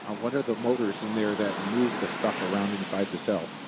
ah what are the motors in there that move the stuff around inside the cell.